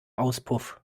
auspuff